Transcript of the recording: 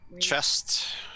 Chest